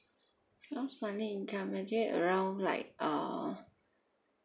gross monthly income actually like uh